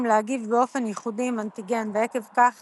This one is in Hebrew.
להגיב באופן ייחודי עם אנטיגן ועקב כך